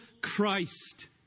Christ